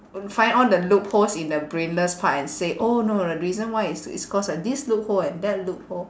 find all the loopholes in the brainless part and say oh no the reason why it's it's cause of this loophole and that loophole